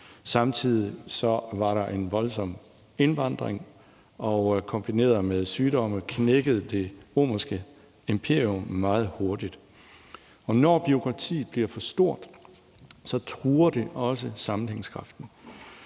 Samtidig var der en voldsom indvandring. Kombineret med sygdomme knækkede det romerske imperium meget hurtigt. Når bureaukratiet bliver for stort, truer det også sammenhængskraften.